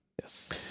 Yes